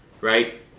right